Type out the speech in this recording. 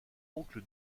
oncle